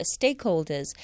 stakeholders